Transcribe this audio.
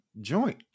joint